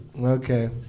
Okay